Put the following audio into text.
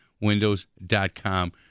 Windows.com